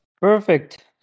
Perfect